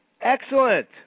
Excellent